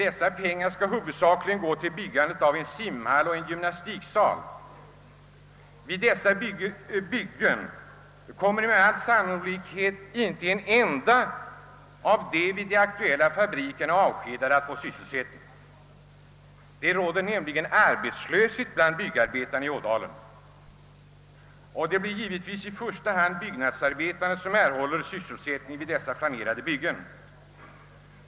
Dessa pengar skall emellertid huvudsakligen gå till byggandet av en simhall och en gymnastiksal. Vid dessa byggen kommer med all sannolikhet inte en enda av de vid de aktuella fabrikerna avskedade arbetarna att få sysselsättning. Det råder nämligen arbetslöshet även bland byggnadsarbetarna i Ådalen. Givetvis blir det i första hand dessa som erhåller sysselsättning vid de planerade byggena.